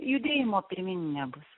judėjimo pirmyn nebus